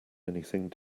anything